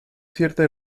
cierta